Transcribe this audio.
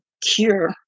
cure